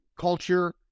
culture